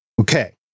Okay